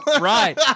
right